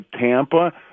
Tampa